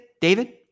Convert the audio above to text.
David